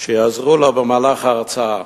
שיעזרו לו במהלך ההרצאה.